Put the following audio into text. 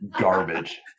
Garbage